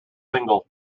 single